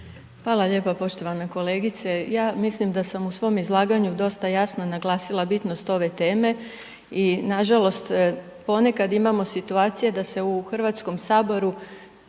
Hvala lijepa poštovana kolegice. Ja mislim da sam u svom izlaganju dosta jasno naglasila bitnost ove teme i nažalost, ponekad imamo situacije da se u HS pojedini